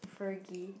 Fergie